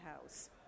house